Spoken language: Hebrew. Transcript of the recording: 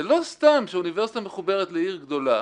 זה לא סתם שאוניברסיטה מחוברת לעיר גדולה,